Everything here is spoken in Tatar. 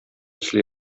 төсле